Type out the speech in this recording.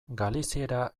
galiziera